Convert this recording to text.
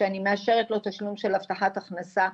שאני מאשרת לו תשלום של הבטחת הכנסה.